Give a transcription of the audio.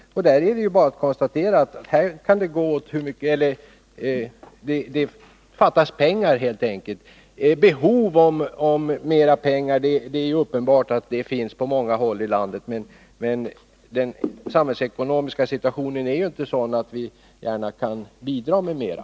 Där är det bara att konstatera att det helt enkelt fattas pengar. Det är uppenbart att det på många håll i landet finns behov av mera pengar, men den samhällsekonomiska situationen är inte sådan att vi kan bidra med mera.